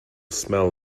smell